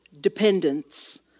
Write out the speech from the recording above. dependence